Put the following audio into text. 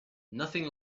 nothing